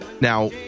Now